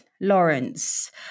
Lawrence